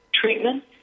treatment